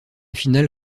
finale